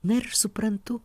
na ir suprantu